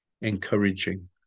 encouraging